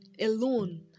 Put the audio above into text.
alone